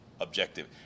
objective